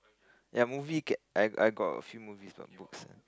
ya movie get I I got a few movies on books lah